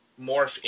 morph